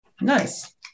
Nice